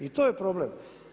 I to je problem.